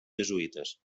jesuïtes